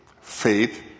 faith